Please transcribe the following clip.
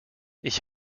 ich